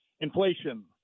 Inflation